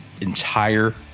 entire